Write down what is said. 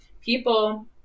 people